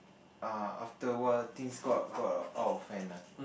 uh after a while things got got out of hand lah